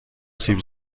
سیب